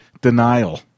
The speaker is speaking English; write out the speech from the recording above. denial